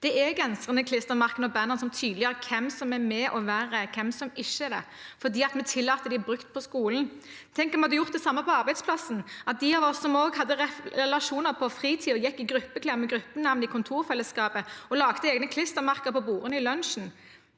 Det er genserne, klistremerkene og bannerne som tydeliggjør hvem som er med, og – verre – hvem som ikke er det, fordi vi tillater dem brukt på skolen. Tenk om vi hadde gjort det samme på arbeidsplassen – at de av oss som også hadde relasjoner på fritiden, gikk i gruppeklær med gruppenavn i kontorfellesskapet og satte egne klistremerker på bordene i lunsjen.